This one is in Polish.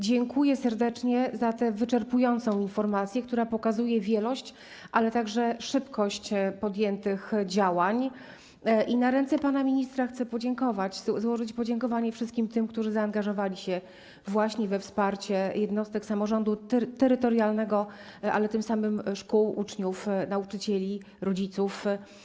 Dziękuję serdecznie za tę wyczerpującą informację, która pokazuje wielość, ale także szybkość podjętych działań, i na ręce pana ministra chcę złożyć podziękowanie wszystkim tym, którzy zaangażowali się właśnie we wsparcie jednostek samorządu terytorialnego, ale tym samym szkół, uczniów, nauczycieli, rodziców.